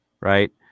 right